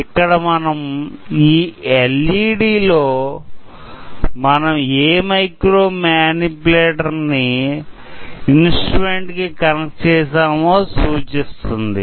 ఇక్కడ మనుకు ఈ ఎల్ఇడి లో మనం ఏ మైక్రో మానిప్యులేటర్ ని ఇన్స్ట్రుమెంట్ కి కనెక్ట్ చేసామో సూచిస్తుంది